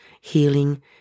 healing